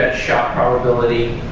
ah shot probability